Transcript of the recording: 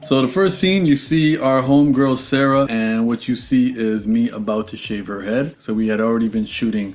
so the first scene you see are homegirls sarah and what you see is me about to shave her head. so we had already been shooting